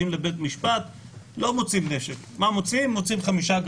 מחפשים בבית שלו ולא מוצאים נשק אבל מוצאים סמים.